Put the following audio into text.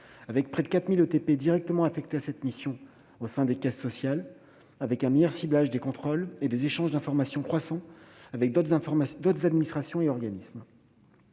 temps plein directement affectés à cette mission au sein des caisses, avec un meilleur ciblage des contrôles et des échanges d'informations croissants avec d'autres administrations et organismes.